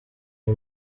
iyi